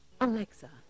Alexa